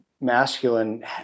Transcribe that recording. masculine